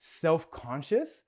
self-conscious